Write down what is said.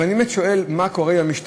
אבל אני באמת שואל: מה קורה למשטרה?